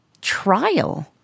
trial